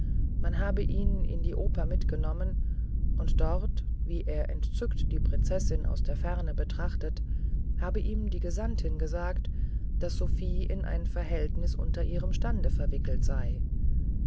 man habe ihn in die oper mitgenommen und dort wie er entzückt die prinzessin aus der ferne betrachtet habe ihm die gesandtin gesagt daß sophie in ein verhältnis unter ihrem stande verwickelt sei